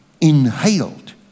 inhaled